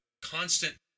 constant